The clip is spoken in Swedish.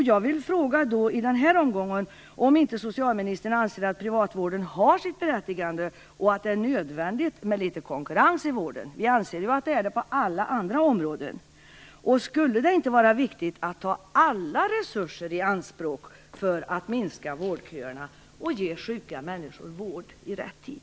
Jag vill fråga om socialministern inte anser att privatvården har sitt berättigande och att det är nödvändigt med litet konkurrens i vården. Vi anser ju att det är nödvändigt på alla områden. Är det inte viktigt att ta alla resurser i anspråk för att minska vårdköerna och ge sjuka människor vård i rätt tid?